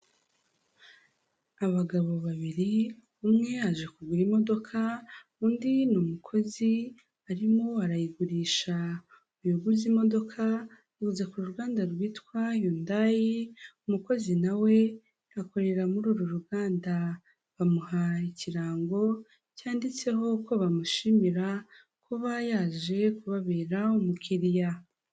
Abagabo babiri. umwe yaje kugura imodoka, undi ni umukozi arimo arayigurisha, uyu uguze imodoka ayiguze ku ruganda rwitwa yundayi, umukozi nawe akorera muri uru ruganda, bamuha ikirango cyanditseho ko bamushimira kuba yaje kubabera umukiriya.